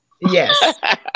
Yes